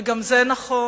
וגם זה נכון,